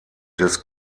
des